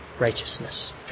Righteousness